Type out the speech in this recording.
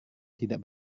tidak